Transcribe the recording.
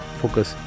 focus